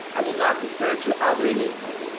i will not refer to other enigmas,